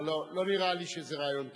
לא, לא, לא נראה לי שזה רעיון טוב.